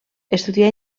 estudià